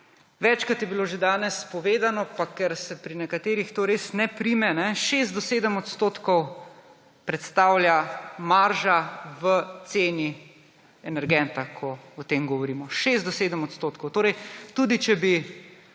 Večkrat je bilo že danes povedano, pa ker se pri nekaterih to res ne prime, 6 do 7 odstotkov predstavlja marža v ceni energenta, ko o tem govorimo. 6 do 7 odstotkov. Torej, tudi če bi